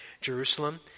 Jerusalem